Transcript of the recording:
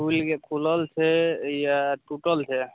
खुलल छै या टुटल छै